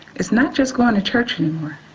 its not just goin to church anymore.